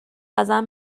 ازم